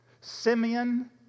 Simeon